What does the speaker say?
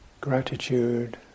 gratitude